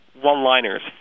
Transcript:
one-liners